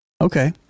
Okay